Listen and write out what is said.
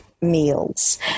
meals